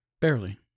Barely